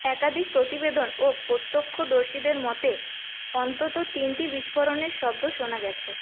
একাধিক প্রতিবেদন ও প্রত্যক্ষদর্শীদের মতে অন্তত তিনটি বিস্ফোরণের শব্দ শোনা গেছে